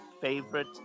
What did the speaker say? favorite